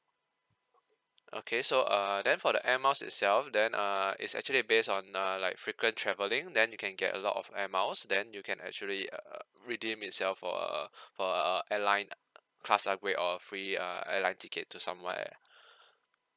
okay so err then for the air miles itself then uh it's actually based on err like frequent travelling then you can get a lot of air miles then you can actually uh redeem itself for uh for uh airline uh class upgrade or free err airline ticket to somewhere